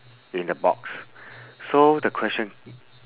in a box so the question